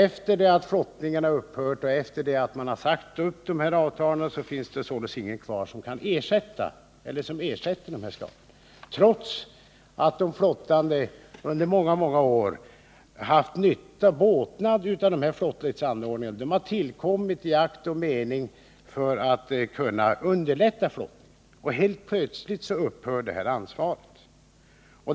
Efter det att flottningen har upphört och avtalen har sagts upp finns det således ingen som ersätter uppkomna skador, trots att de flottande under många, många år haft nytta av flottningsanordningarna, som ju har tillkommit i akt och mening att underlätta flottningen. Men helt plötsligt upphör ansvaret för skadorna.